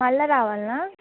మళ్ళీ రావాల్నా